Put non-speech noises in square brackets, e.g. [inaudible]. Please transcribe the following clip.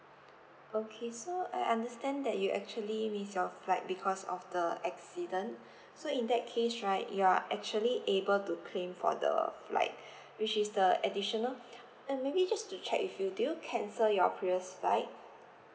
okay so I understand that you actually missed the flight because of the accident [breath] so in that case right you are actually able to claim for the flight [breath] which is the additional [breath] uh maybe just to check with you do you cancel your previous flight